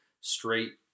straight